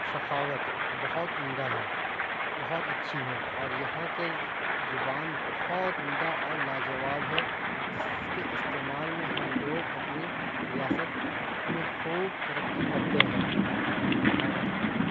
سخاوت بہت عمدہ ہیں بہت اچھی ہیں اور یہاں کے زبان بہت عمدہ اور لاجواب ہے جس کے استعمال میں ہم لوگ اپنی ریاست میں خوب ترقی کرتے ہیں اور